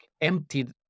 emptied